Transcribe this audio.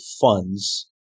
funds